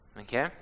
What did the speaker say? Okay